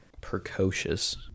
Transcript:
Precocious